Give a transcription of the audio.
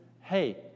hey